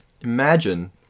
imagine